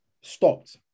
stopped